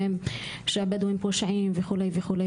שהבדואים פושעים וכו',